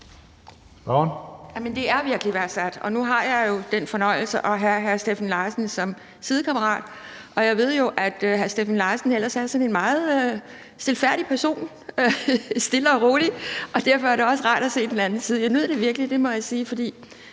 det er virkelig værdsat. Nu har jeg den fornøjelse at have hr. Steffen Larsen som sidekammerat, og jeg ved jo, at hr. Steffen Larsen ellers er en meget stilfærdig person, stille og rolig, og derfor er det også rart at se den anden side. Jeg nyder det virkelig.